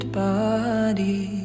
body